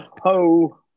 ho